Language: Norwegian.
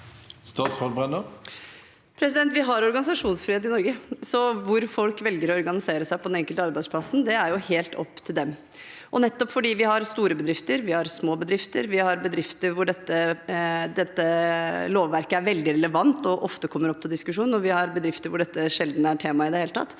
Vi har organisa- sjonsfrihet i Norge, så hvor folk velger å organisere seg på den enkelte arbeidsplass, er helt opp til dem. Nettopp fordi vi har store bedrifter, vi har små bedrifter, vi har bedrifter hvor dette lovverket er veldig relevant og ofte kommer opp til diskusjon, og vi har bedrifter hvor dette sjelden er tema i det hele tatt,